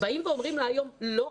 באים ואומרים לה היום לא,